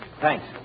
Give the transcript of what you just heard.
Thanks